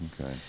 Okay